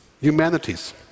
Humanities